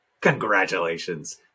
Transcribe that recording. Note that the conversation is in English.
Congratulations